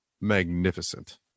magnificent